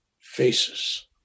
faces